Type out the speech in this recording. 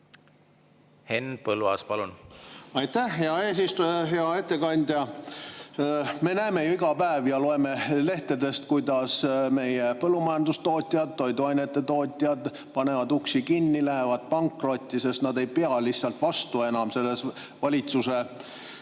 Henn Põlluaas, palun! Aitäh, hea eesistuja! Hea ettekandja! Me ju iga päev näeme ja loeme lehtedest, kuidas meie põllumajandustootjad, toiduainetootjad panevad uksi kinni, lähevad pankrotti, sest nad ei pea lihtsalt enam vastu selles valitsuse